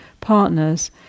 partners